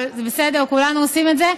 אבל זה בסדר, כולנו עושים את זה,